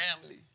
family